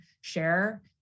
share